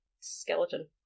skeleton